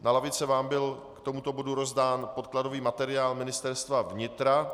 Na lavice vám byl k tomuto bodu rozdán podkladový materiál Ministerstva vnitra.